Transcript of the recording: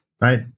Right